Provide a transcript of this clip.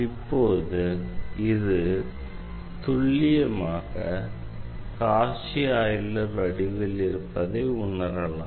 இப்போது இது துல்லியமாக காஷி ஆய்லர் வடிவில் இருப்பதை உணரலாம்